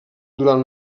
durant